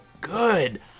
good